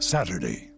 Saturday